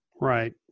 Right